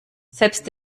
selbst